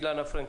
אלינה פרנקל,